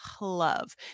love